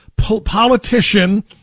politician